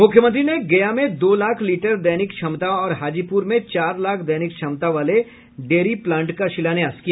मुख्यमंत्री ने गया में दो लाख लीटर दैनिक क्षमता और हाजीपुर में चार लाख दैनिक क्षमता वाले डेयरी प्लांट का शिलान्यास किया